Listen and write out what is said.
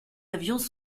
avions